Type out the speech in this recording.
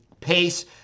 pace